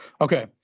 Okay